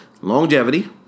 longevity